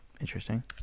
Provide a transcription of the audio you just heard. Interesting